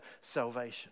salvation